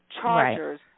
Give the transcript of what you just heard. chargers